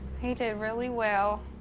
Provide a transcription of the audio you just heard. he did really well.